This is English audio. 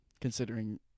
considering